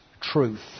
truth